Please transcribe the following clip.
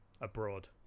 abroad